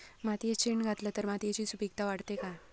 मातयेत शेण घातला तर मातयेची सुपीकता वाढते काय?